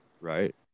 right